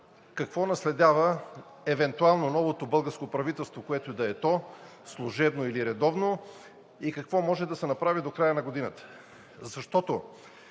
какво наследява евентуално новото българско правителство, което и да е то – служебно или редовно, и какво може да се направи до края на годината.